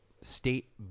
state